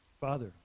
Father